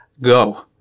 go